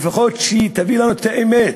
לפחות שהיא תביא לנו את האמת.